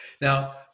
Now